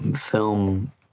film